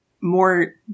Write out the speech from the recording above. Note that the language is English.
more